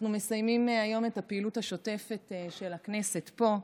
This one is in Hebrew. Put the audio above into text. אנחנו מסיימים היום את הפעילות השוטפת של הכנסת פה.